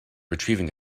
retrieving